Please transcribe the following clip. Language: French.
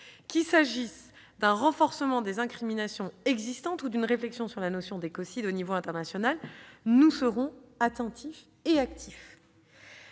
Qu'il s'agisse d'un renforcement des incriminations existantes ou d'une réflexion sur la notion d'écocide au niveau international, nous serons attentifs et actifs,